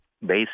basic